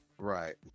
right